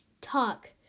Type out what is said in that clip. talk